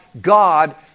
God